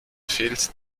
fehlt